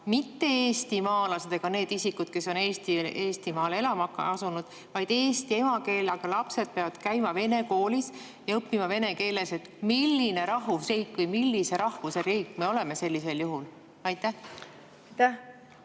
mitte eestimaalased ega need isikud, kes on Eestimaale elama asunud, vaid eesti emakeelega lapsed – peavad käima vene koolis ja õppima vene keeles? Milline rahvusriik või millise rahvuse riik me oleme sellisel juhul?